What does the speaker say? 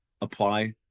apply